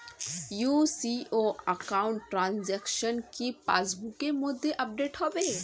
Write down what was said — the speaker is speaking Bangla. ইউ.সি.ও একাউন্ট ট্রানজেকশন কি পাস বুকের মধ্যে আপডেট হবে?